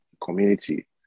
community